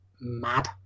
mad